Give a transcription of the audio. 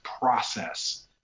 process